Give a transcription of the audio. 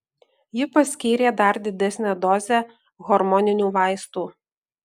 ji paskyrė dar didesnę dozę hormoninių vaistų